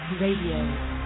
Radio